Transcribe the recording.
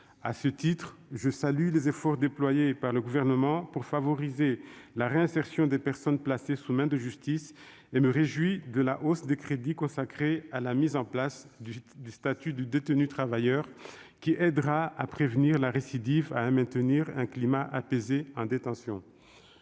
À ce titre, je salue les efforts déployés par le Gouvernement pour favoriser la réinsertion des personnes placées sous main de justice et me réjouis de la hausse des crédits consacrés à la mise en place du statut du détenu travailleur, qui aidera à prévenir la récidive et à maintenir un climat apaisé en détention.